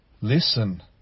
Listen